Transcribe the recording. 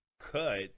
cut